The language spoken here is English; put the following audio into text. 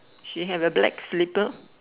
she have a black slipper